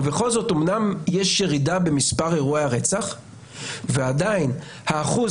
אמנם יש ירידה במספר אירועי הרצח ועדיין האחוז